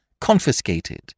confiscated